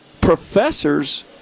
professors